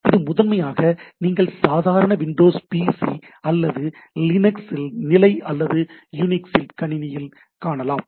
இது முதன்மையாக நீங்கள் சாதாரண விண்டோஸ் பிசி அல்லது லினக்ஸ் நிலை அல்லது யூனிக்ஸ் கணினியில் காணலாம்